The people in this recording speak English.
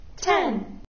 ten